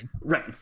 Right